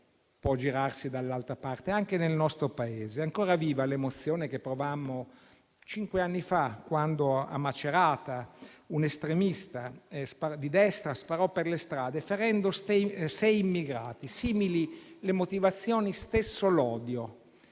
può girarsi dall'altra parte, anche nel nostro Paese. È ancora viva l'emozione che provammo cinque anni fa, quando a Macerata un estremista di destra sparò per le strade ferendo sei immigrati. Simili le motivazioni, stesso l'odio.